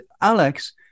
Alex